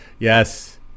Yes